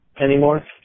anymore